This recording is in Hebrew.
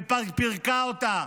ופירקה אותה,